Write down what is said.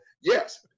yes